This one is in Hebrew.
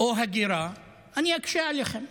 או "הגירה" אני אקשה עליכם: